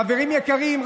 חברים יקרים,